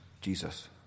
Jesus